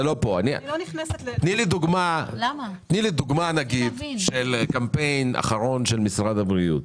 תני לי דוגמה של קמפיין אחרון של משרד הבריאות,